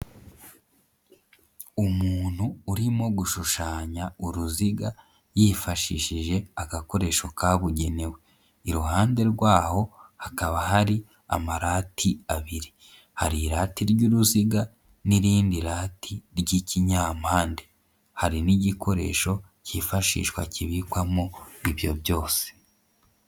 Umuntu urimo gushushanya uruziga yifashishije agakoresho kabugenewe, iruhande rwaho hakaba hari amarati abiri, hari irati ry'uruziga n'irindi rati ry'ikinyampande, hari n'igikoresho cyifashishwa kibikwamo ibyo byose.